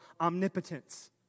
omnipotence